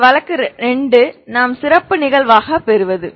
இந்த வழக்கு 2 நாம் சிறப்பு நிகழ்வாக பெறுவது